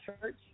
church